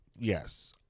Yes